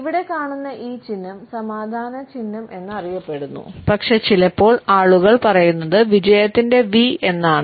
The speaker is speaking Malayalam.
ഇവിടെ കാണുന്ന ഈ ചിഹ്നം സമാധാന ചിഹ്നം എന്നറിയപ്പെടുന്നു പക്ഷേ ചിലപ്പോൾ ആളുകൾ പറയുന്നത് വിജയത്തിന്റെ വി എന്നാണ്